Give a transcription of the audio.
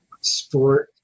sport